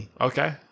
Okay